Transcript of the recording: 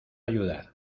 ayudar